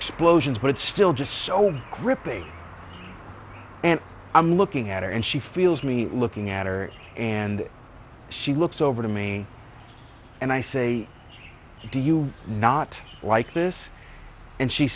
explosions but it's still just so old grippy and i'm looking at her and she feels me looking at her and she looks over to me and i say do you not like this and she